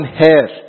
hair